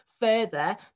Further